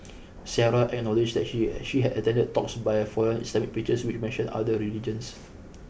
Sarah acknowledged that she she had attended talks by foreign Islamic preachers which mentioned other religions